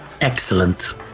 Excellent